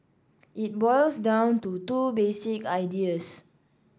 it boils down to two basic ideas